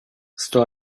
sto